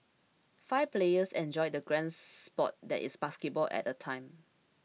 five players enjoy the grand sport that is basketball at a time